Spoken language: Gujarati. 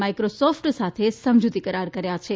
માઇક્રોસોફ્ટ સાથે સમજુતી કરાર કર્યા છે